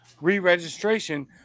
re-registration